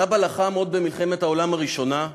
סבא לחם עוד בימי מלחמת העולם הראשונה,